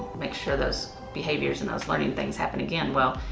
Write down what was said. make sure those behaviors and those learning things happen again. well,